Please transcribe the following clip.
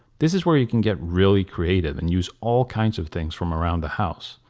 this is where you can get really creative and use all kinds of things from around the house.